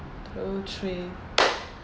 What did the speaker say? two three